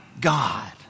God